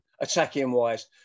attacking-wise